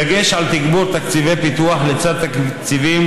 בדגש על תגבור תקציבי פיתוח לצד תקציבים